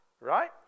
right